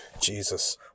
Jesus